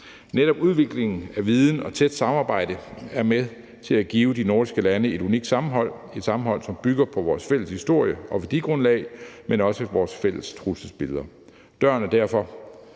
Netop udviklingen af viden og et tæt samarbejde er med til at give de nordiske lande et unikt sammenhold; det er et sammenhold, som bygger på vores fælles historie og værdigrundlag, men også på vores fælles trusselsbilleder. Døren er derfor